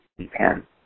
japan